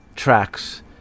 tracks